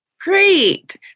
Great